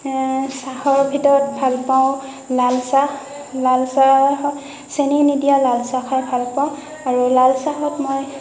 চাহৰ ভিতৰত ভাল পাওঁ লাল চাহ লাল চাহত চেনী নিদিয়া লাল চাহ খাই ভাল পাওঁ আৰু লাল চাহত